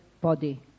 body